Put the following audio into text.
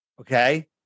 okay